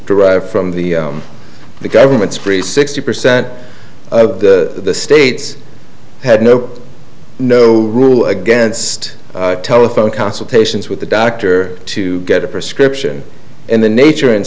derive from the government's brief sixty percent of the states had no no rule against telephone consultations with the doctor to get a prescription and the nature and